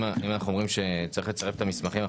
אם אנחנו אומרים שצריך לצרף את המסמכים,